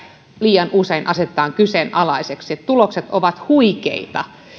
liian usein on asetettu kyseenalaiseksi tulokset ovat huikeita